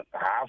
half